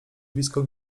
blisko